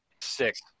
Six